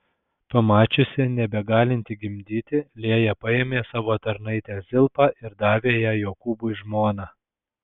pamačiusi nebegalinti gimdyti lėja paėmė savo tarnaitę zilpą ir davė ją jokūbui žmona